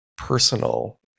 personal